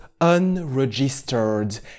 Unregistered